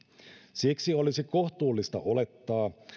siksi olisi kohtuullista olettaa